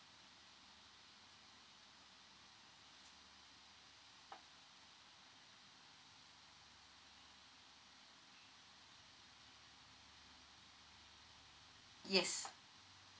yes